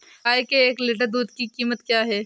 गाय के एक लीटर दूध की कीमत क्या है?